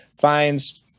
finds